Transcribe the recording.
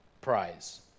prize